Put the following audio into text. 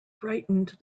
brightened